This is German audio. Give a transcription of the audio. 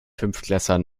fünftklässler